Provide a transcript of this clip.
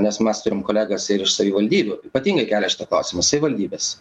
nes mes turim kolegas ir iš savivaldybių ypatingai kelia šitą klausimą savivaldybės